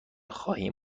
خواهیم